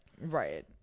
Right